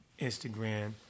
Instagram